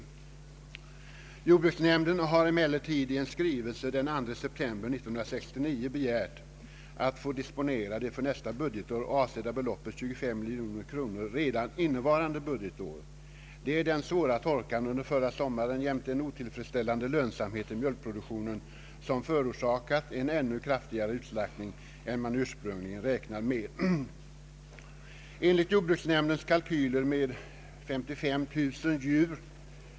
Jordbruksnämnden har emellertid i en skrivelse av den 2 september 1969 begärt att få disponera det för nästa budgetår avsedda beloppet 25 miljoner kronor redan innevarande budgetår. Den svåra torkan under förra sommaren jämte en otillfredsställande lönsamhet i mjölkproduktionen har nämligen förorsakat en ännu kraftigare utslaktning än man ursprungligen räknade med. Enligt jordbruksnämndens kalkyler räknar man med en utslaktning av 55000 djur.